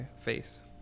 face